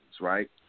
right